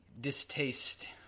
distaste